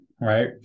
right